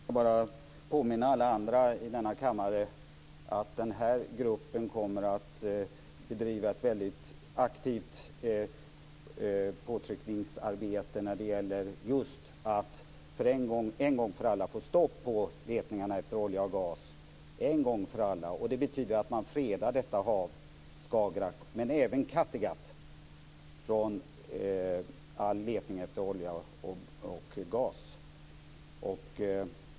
Fru talman! Då vill jag bara påminna alla andra här i kammaren om att den här gruppen kommer att bedriva ett väldigt aktivt påtryckningsarbete när det gäller att en gång för alla få stopp på letningarna efter olja och gas. Det betyder att man fredar Skagerrak, och även Kattegatt, från all letning efter olja och gas.